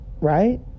Right